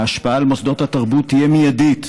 ההשפעה על מוסדות התרבות תהיה מיידית,